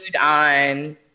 on